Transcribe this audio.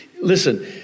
Listen